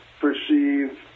perceive